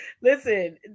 Listen